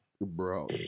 Bro